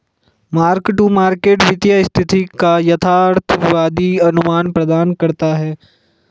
mark to market वित्तीय स्थिति का यथार्थवादी अनुमान प्रदान करता है